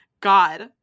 God